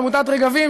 עמותת "רגבים",